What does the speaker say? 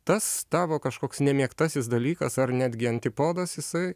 tas tavo kažkoks nemėgtasis dalykas ar netgi antipodas jisai